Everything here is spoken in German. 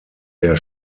der